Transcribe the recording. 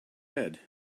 head